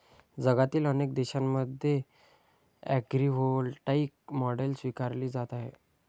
जगातील अनेक देशांमध्ये ॲग्रीव्होल्टाईक मॉडेल स्वीकारली जात आहे